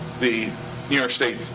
the new york state